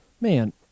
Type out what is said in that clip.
Man